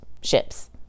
ships